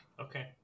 Okay